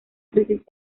crisis